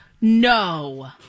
No